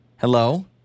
Hello